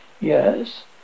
Yes